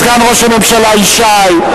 סגן ראש הממשלה ישי,